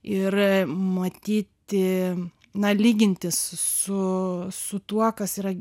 ir matyti na lygintis su su tuo kas yra